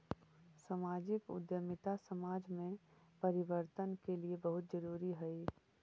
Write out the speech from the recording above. सामाजिक उद्यमिता समाज में परिवर्तन के लिए बहुत जरूरी हई